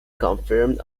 confirmed